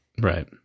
Right